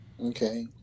Okay